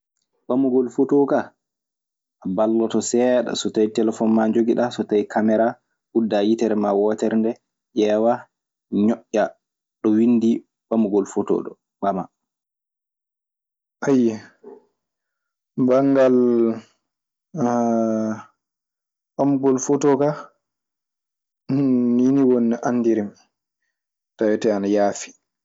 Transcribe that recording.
Ɓamugol fotoo kaa a balloto seeɗa so taɗii telfoŋ maa njogiɗaa. so tawii kamera uddaa yitre maa wootere ndee ƴeewa ñoƴƴa ɗo windi ɓamugol fotoo ɗoo ɓamaa. Banngal ɓamugol fotoo ka nii ni woni no andirmi tawetee ana yaafi.